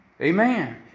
Amen